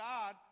God